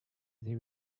they